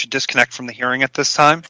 should disconnect from the hearing at this time